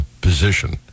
position